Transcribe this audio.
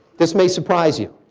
this may surprise you.